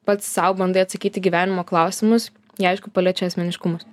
pats sau bandai atsakyti gyvenimo klausimus jie aišku palečių asmeniškumus